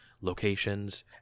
locations